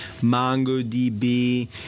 MongoDB